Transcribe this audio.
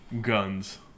guns